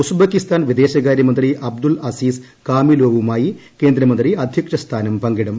Uzbekistan വിദേശകാര്യമന്ത്രി Abdul Aziz കാമിലോവുമായി കേന്ദ്രമന്ത്രി അധ്യക്ഷ സ്ഥാനം പങ്കിടും